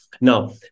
Now